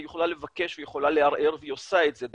היא יכולה לבקש והיא יכולה לערער והיא עושה את זה,